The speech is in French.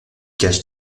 cache